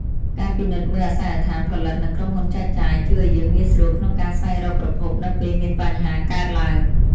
ការពិនិត្យមើលអាសយដ្ឋានផលិតនិងក្រុមហ៊ុនចែកចាយ ជួយឱ្យយើងងាយស្រួលក្នុងការស្វែងរកប្រភពនៅពេលមានបញ្ហាកើតឡើង។